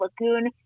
Lagoon